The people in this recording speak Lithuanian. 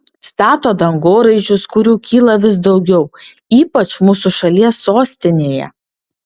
stato dangoraižius kurių kyla vis daugiau ypač mūsų šalies sostinėje